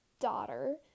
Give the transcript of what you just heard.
daughter